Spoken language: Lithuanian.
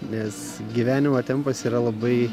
nes gyvenimo tempas yra labai